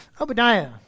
Obadiah